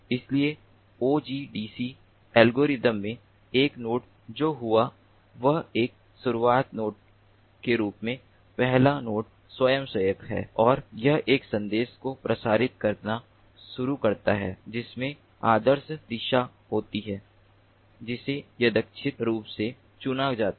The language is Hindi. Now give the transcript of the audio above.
इसलिए OGDC एल्गोरिथ्म में एक नोड जो हुआ वह एक शुरुआती नोड के रूप में पहला नोड स्वयंसेवक है और यह एक संदेश को प्रसारित करना शुरू करता है जिसमें आदर्श दिशा होती है जिसे यादृच्छिक रूप से चुना जाता है